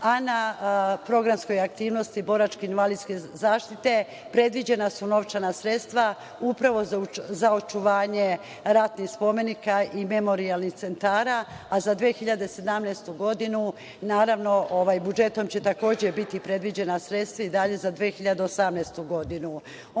a na programskoj aktivnosti boračke i invalidske zaštite predviđena su novčana sredstva upravo za očuvanje ratnih spomenika i memorijalnih centara, a za 2017. godinu, naravno, budžetom će takođe biti predviđena sredstva i dalje za 2018. godinu. Ono